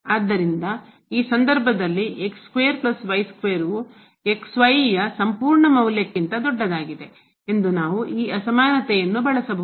ಆದ್ದರಿಂದ ಈ ಸಂದರ್ಭದಲ್ಲಿ ಯು ಯ ಸಂಪೂರ್ಣ ಮೌಲ್ಯಕ್ಕಿಂತದೊಡ್ಡದಾಗಿದೆ ಎಂದು ನಾವು ಈ ಅಸಮಾನತೆಯನ್ನು ಬಳಸಬಹುದು